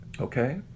Okay